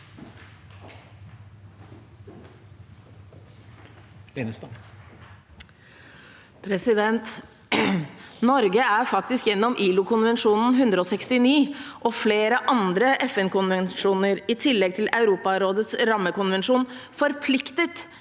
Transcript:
Norge er faktisk gjennom ILO-konvensjon nr. 169 og flere andre FN-konvensjoner, i tillegg til Europarådets rammekonvensjon, forpliktet